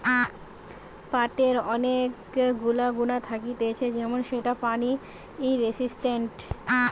পাটের অনেক গুলা গুণা থাকতিছে যেমন সেটা পানি রেসিস্টেন্ট